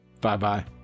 Bye-bye